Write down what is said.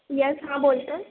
yes हां बोलतो आहे